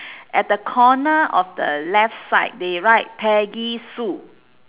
at the corner of the left side they write peggy sue